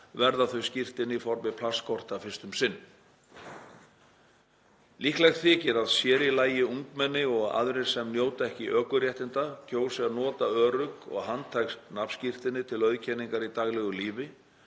verða þau í formi plastkorta fyrst um sinn. Líklegt þykir að sér í lagi ungmenni og aðrir sem njóta ekki ökuréttinda kjósi að nota örugg og handhæg nafnskírteini til auðkenningar í daglegu lífi